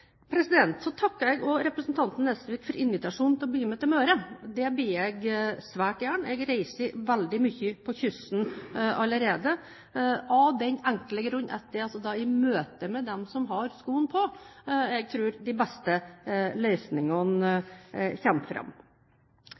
Så takker jeg også for representanten Nesviks invitasjon til å bli med til Møre. Det vil jeg svært gjerne. Jeg reiser veldig mye langs kysten allerede, av den enkle grunn at jeg tror de beste løsningene kommer fram i møter med dem som har skoen på.